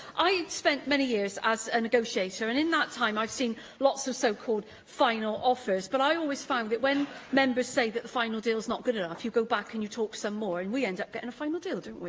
i spent many years as a negotiator, and in that time, i've seen lots of so-called final offers, but i always found that when members say that the final deal's not good enough, you go back and you talk some more, and we end up getting a final deal, don't we?